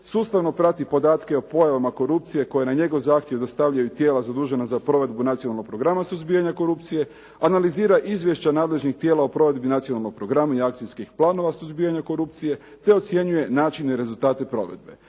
sustavno prati podatke o pojavama korupcije koje na njegov zahtjev dostavljaju tijela zadužena za provedbu Nacionalnog programa suzbijanja korupcije, analizira izvješća nadležnih tijela o provedbi Nacionalnog programa i akcijskih planova suzbijanja korupcije te ocjenjuje načine i rezultate provedbe,